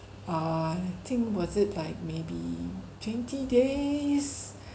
err think was it like maybe twenty days